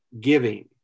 giving